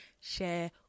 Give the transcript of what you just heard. share